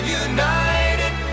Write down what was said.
united